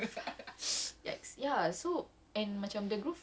like that's the only thing kita boleh buat like hello excuse me hello police